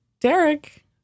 Derek